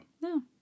No